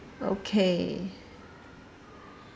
okay